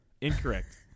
incorrect